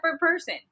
person